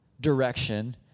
direction